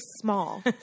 small